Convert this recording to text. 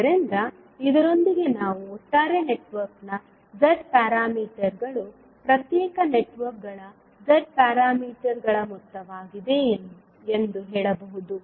ಆದ್ದರಿಂದ ಇದರೊಂದಿಗೆ ನಾವು ಒಟ್ಟಾರೆ ನೆಟ್ವರ್ಕ್ನ z ನಿಯತಾಂಕಗಳು ಪ್ರತ್ಯೇಕ ನೆಟ್ವರ್ಕ್ಗಳ z ನಿಯತಾಂಕಗಳ ಮೊತ್ತವಾಗಿದೆ ಎಂದು ಹೇಳಬಹುದು